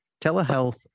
telehealth